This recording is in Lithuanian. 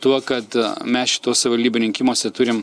tuo kad mes šituos savivaldybių rinkimuose turim